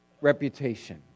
reputation